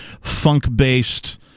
funk-based